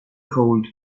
cold